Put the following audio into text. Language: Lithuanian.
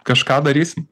kažką darysim